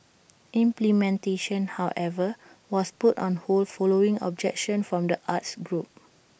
implementation however was put on hold following objection from the arts groups